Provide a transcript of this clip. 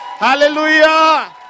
Hallelujah